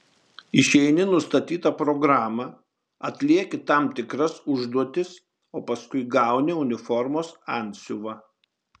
išeini nustatytą programą atlieki tam tikras užduotis o paskui gauni uniformos antsiuvą